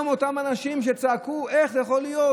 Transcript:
היום אותם אנשים שצעקו: איך יכול להיות,